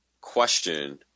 question